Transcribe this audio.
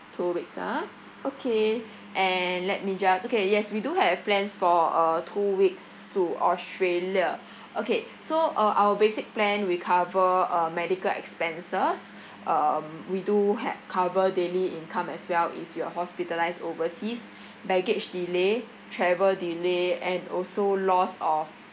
two weeks ah okay and let me just okay yes we do have plans for uh two weeks to australia okay so uh our basic plan we cover uh medical expenses um we do ha~ cover daily income as well if you're hospitalised overseas baggage delay travel delay and also loss of